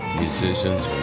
musicians